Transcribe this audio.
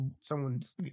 someone's